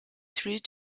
through